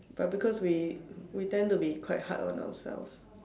but because we we tend to be quite hard on ourselves